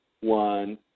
one